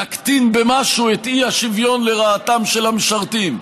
נקטין במשהו את האי-שוויון לרעתם של המשרתים,